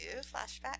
flashback